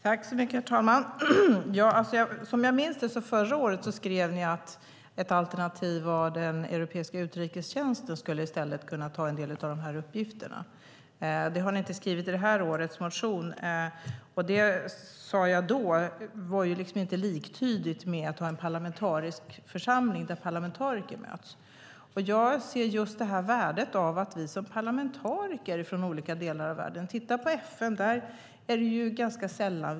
Herr talman! Som jag minns det skrev ni förra året att ett alternativ var att den europeiska utrikestjänsten i stället skulle kunna ta en del av de här uppgifterna. Det har ni inte skrivit i det här årets motion, och jag sade då att det inte var liktydigt med en parlamentarisk församling där parlamentariker möts. Jag ser just värdet av att vi som parlamentariker från olika delar av världen möts. Titta på FN där parlamentariker möts ganska sällan.